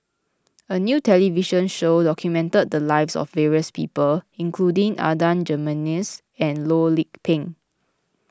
a new television show documented the lives of various people including Adan Jimenez and Loh Lik Peng